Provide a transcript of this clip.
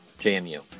JMU